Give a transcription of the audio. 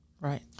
Right